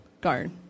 guard